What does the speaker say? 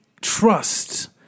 trust